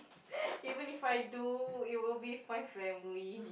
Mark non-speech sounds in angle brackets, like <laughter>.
<laughs> even if I do it will be with my family